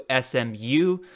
smu